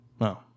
No